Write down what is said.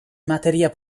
materia